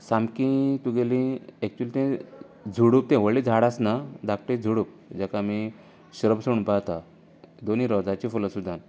सामकीं तुगेली एक्चुअली ते झुडूप ते व्हडलें झाड आसना धाकटी झुडूप जाका आमी श्रब्स म्हणपाक जाता दोनी रोजांची फुलां सुदांन